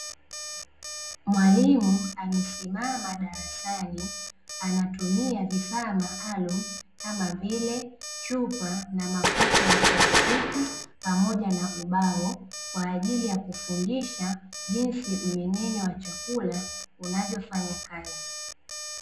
Mwalimu amesimama darasani, anatumia vifaa maalumu kama vile: chupa na makopo ya plastiki pamoja na ubao; kwa ajili ya kufundisha jinsi mmeng'enyo wa chakula unavyofanya kazi.